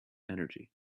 energy